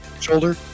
shoulder